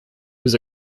was